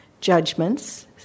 Judgments